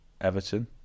Everton